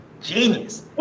genius